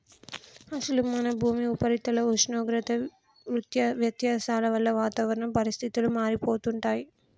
అసలు మన భూమి ఉపరితల ఉష్ణోగ్రత వ్యత్యాసాల వల్ల వాతావరణ పరిస్థితులు మారిపోతుంటాయి